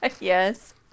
Yes